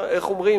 איך אומרים?